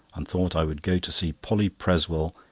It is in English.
and thought i would go to see polly presswell,